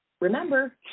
Remember